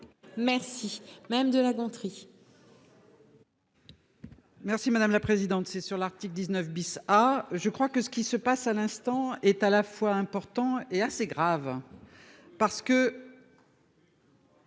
Merci madame de La Gontrie. Merci madame la présidente. C'est sur l'article 19 bis. Ah je crois que ce qui se passe à l'instant est à la fois important et assez grave. Parce que.